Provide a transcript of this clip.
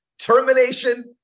termination